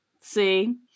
see